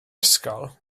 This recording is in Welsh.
ysgol